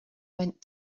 went